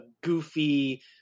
goofy